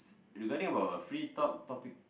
regarding about a free talk topic